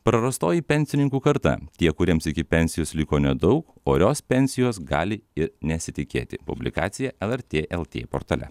prarastoji pensininkų karta tie kuriems iki pensijos liko nedaug orios pensijos gali ir nesitikėti publikacija lrt lt portale